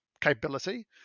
capability